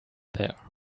there